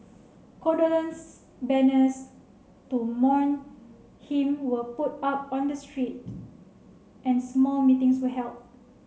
condolence banners to mourn him were put up on the street and small meetings were held